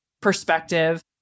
perspective